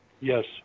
Yes